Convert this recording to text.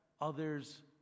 others